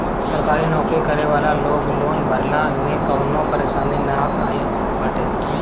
सरकारी नोकरी करे वाला लोग के लोन भरला में कवनो परेशानी नाइ आवत बाटे